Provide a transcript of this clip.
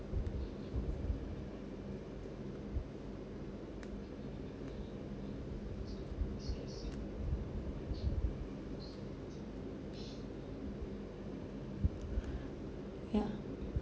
ya